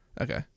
okay